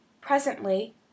presently